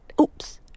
Oops